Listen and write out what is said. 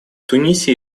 тунисе